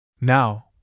Now